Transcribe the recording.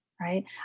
right